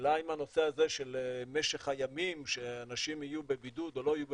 השאלה אם הנושא הזה של משך הימים שאנשים יהיו בבידוד או לא יהיו בבידוד,